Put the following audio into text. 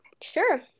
Sure